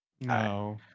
No